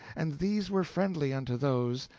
and these were friendly unto those,